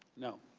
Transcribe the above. no.